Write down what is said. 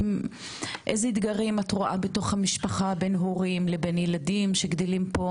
ואיזה אתגרים את רואה בתוך המשפחה בין הורים לבין ילדים שגדלים פה,